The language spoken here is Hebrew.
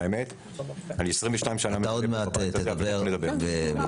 והאמת: אני 22 שנה --- אתה תדבר נכוחה.